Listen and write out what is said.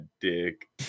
dick